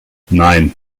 nein